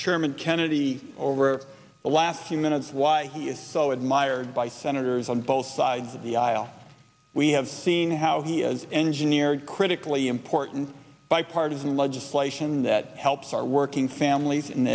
chairman kennedy over the last few minutes why he is so admired by senators on both sides of the aisle we have seen how he has engineered critically important bipartisan legislation that helps our working families and